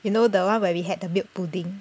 you know the one where we had to build pudding